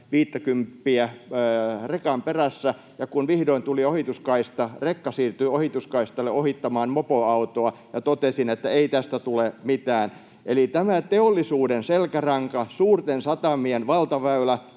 viittäkymppiä rekan perässä, ja kun vihdoin tuli ohituskaista, rekka siirtyi ohituskaistalle ohittamaan mopoautoa, ja totesin, että ei tästä tule mitään. Eli tämä teollisuuden selkäranka, suurten satamien valtaväylä